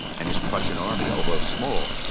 and his prussian army, although small,